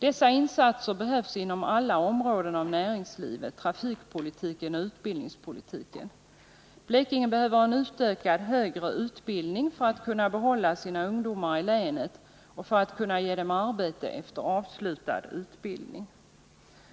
Dessa insatser behövs inom alla områden av näringslivet, trafikpolitiken och utbildningspolitiken. Blekinge behöver en utökad högre utbildning för att kunna behålla sina ungdomar i länet och för att kunna ge dem arbete efter avslutad utbildning.